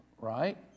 right